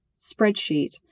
spreadsheet